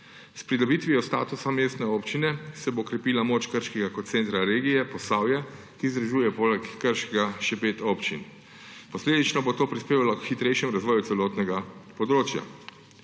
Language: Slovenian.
S pridobitvijo statusa mestne občine se bo krepila moč Krškega kot centra regije Posavje, ki združuje poleg Krškega še pet občin. Posledično bo to prispevalo k hitrejšemu razvoju celotnega področja.